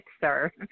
sir